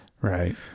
right